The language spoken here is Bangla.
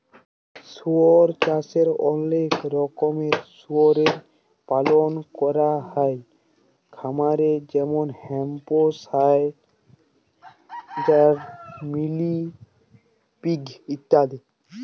শুয়র চাষে অলেক রকমের শুয়রের পালল ক্যরা হ্যয় খামারে যেমল হ্যাম্পশায়ার, মিলি পিগ ইত্যাদি